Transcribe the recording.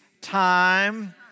time